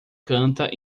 canta